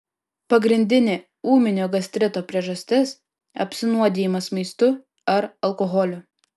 pagrindinė ūminio gastrito priežastis apsinuodijimas maistu ar alkoholiu